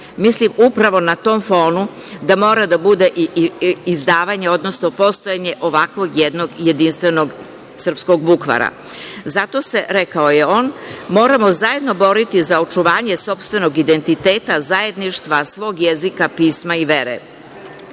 Mislim upravo na tom fonu da mora da bude i izdavanje, odnosno postojanje ovakvog jednog jedinstvenog srpskog bukvara. Zato se rekao je on – moramo zajedno boriti za očuvanje sopstvenog identiteta, zajedništva, svog jezika, pisma i